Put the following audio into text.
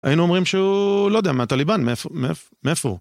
היינו אומרים שהוא, לא יודע, מהטליבאן, מאיפה.. מאיפה הוא?